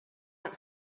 want